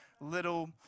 little